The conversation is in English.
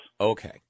Okay